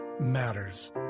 matters